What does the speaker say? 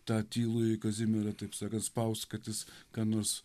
tą tylųjį kazimierą taip sakant spaust kad jis ką nors